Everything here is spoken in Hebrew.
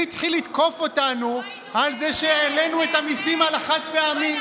והתחיל לתקוף אותנו על זה שהעלינו את המיסים על החד-פעמי.